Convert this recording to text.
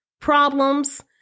problems